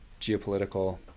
geopolitical